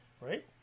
right